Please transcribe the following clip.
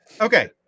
Okay